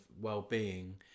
well-being